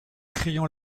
crillon